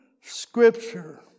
Scripture